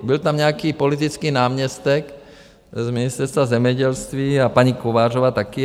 Byl tam nějaký politický náměstek z Ministerstva zemědělství a paní Kovářová také.